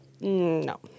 No